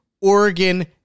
oregon